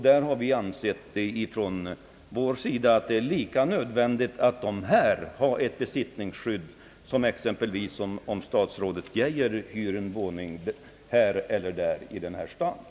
Vi har ansett att det är lika nödvändigt att dessa företagare har ett besittningsskydd som exempelvis herr statsrådet Geijer, om han hyr en våning här eller där i staden.